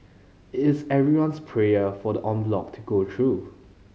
it's everyone's prayers for the en bloc to go through